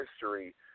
history